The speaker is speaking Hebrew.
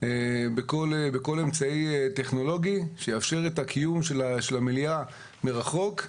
בכל אמצעי טכנולוגי שיאפשר את הקיום של המליאה מרחוק,